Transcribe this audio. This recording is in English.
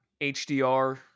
HDR